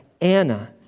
Anna